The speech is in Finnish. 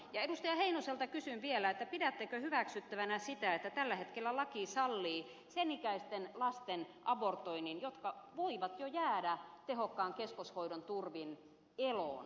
heinoselta kysyn vielä pidättekö hyväksyttävänä sitä että tällä hetkellä laki sallii sen ikäisten lasten abortoinnin jotka voivat jo jäädä tehokkaan keskoshoidon turvin eloon